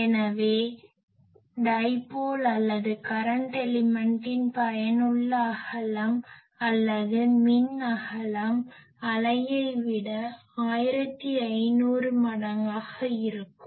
எனவே டைப்போல் அல்லது கரன்ட் எலிமென்ட்டின் பயனுள்ள அகலம் அல்லது மின் அகலம் அலையைவிட 1500 மடங்காக இருக்கும்